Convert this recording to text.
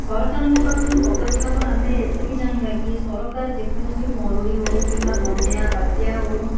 ସରକାରଙ୍କ ପାଖରୁ ପଦକ୍ଷେପ ଆମେ ଏତିକି ଚାହିଁବା କି ସରକାର ଯେକୌଣସି ମରୁଡ଼ି ହେଉ କିମ୍ବା ବନ୍ୟା ବାତ୍ୟା ହେଉ